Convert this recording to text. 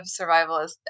survivalist